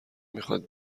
میخواد